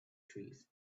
trees